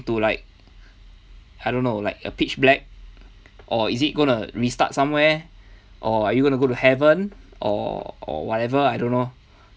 ~to like I don't know like a pitch black or is it gonna restart somewhere or are you gonna go to heaven or whatever I don't know